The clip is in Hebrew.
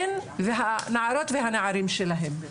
הן והנערות והנערים שלהן.